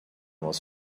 was